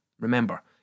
Remember